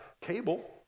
cable